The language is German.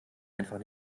einfach